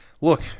look